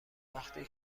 وقتی